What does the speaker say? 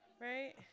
Right